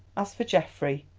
as for geoffrey,